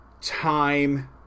time